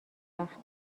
وقت